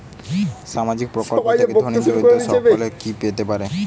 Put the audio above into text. সামাজিক প্রকল্প থেকে ধনী দরিদ্র সকলে কি পেতে পারে?